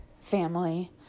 family